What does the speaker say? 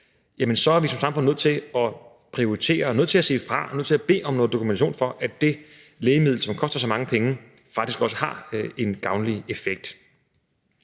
så er vi som samfund nødt til at prioritere og nødt til at sige fra, nødt til at bede om noget dokumentation for, at det lægemiddel, som koster så mange penge, faktisk også har en gavnlig effekt.